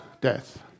death